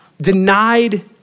Denied